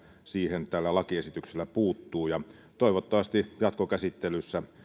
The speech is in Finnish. siihen tällä lakialoitteella puuttuu toivottavasti jatkokäsittelyssä